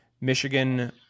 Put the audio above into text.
Michigan